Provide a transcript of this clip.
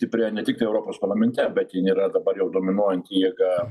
stiprėja ne tiktai europos parlamente bet jin yra dabar jau dominuojanti jėga